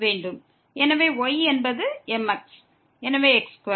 எனவே y என்பது mx எனவே x2